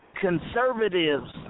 conservatives